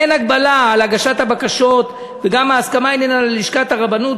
אין הגבלה על הגשת בקשות וגם ההסכמה איננה של לשכת הרבנות,